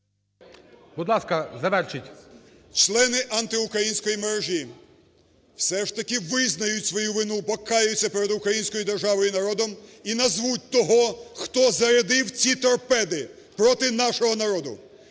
Будь ласка, завершіть. ЛУЦЕНКО Ю.В. …члени антиукраїнської мережі все ж таки визнають свою вину, покаються перед Українською державою і народом і назвуть того, хто зарядив ці "торпеди" проти нашого народу.